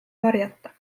varjata